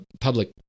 public